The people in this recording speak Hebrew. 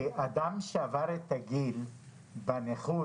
אדם שעבר את הגיל בנכות,